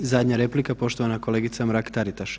I zadnja replika, poštovana kolegica Mrak Taritaš.